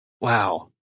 Wow